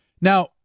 Now